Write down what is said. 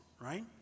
right